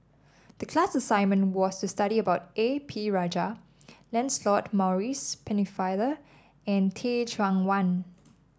the class assignment was to study about A P Rajah Lancelot Maurice Pennefather and Teh Cheang Wan